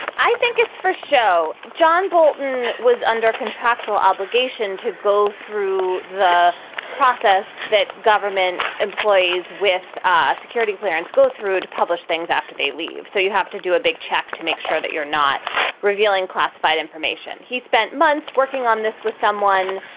i think it's for show. john bolton was under contractual obligation to go through the process that government employees with ah security clearance go through to publish things after they leave so you have to do a big check to make sure that you're not revealing classified information. he spent months working on this with someone.